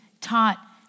taught